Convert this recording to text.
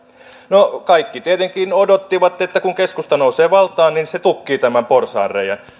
no kaikki tietenkin odottivat että kun keskusta nousee valtaan niin se tukkii tämän porsaanreiän